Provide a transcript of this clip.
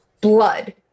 blood